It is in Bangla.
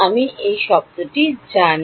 আমি কি এই শব্দটি জানি